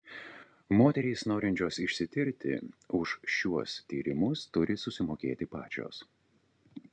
moterys norinčios išsitirti už šiuo tyrimus turi susimokėti pačios